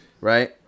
right